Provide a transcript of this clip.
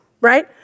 right